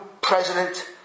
president